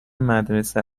مدرسه